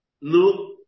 No